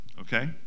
Okay